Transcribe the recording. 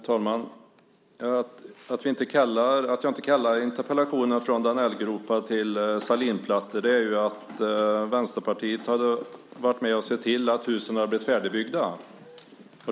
Herr talman! Anledningen till att jag inte kallar interpellationen Danellgropar som blir Sahlinplattor är att Vänsterpartiet skulle ha varit med och sett till att husen blivit färdigbyggda.